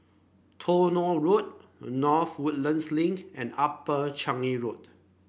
Tronoh Road North Woodlands Link and Upper Ring Road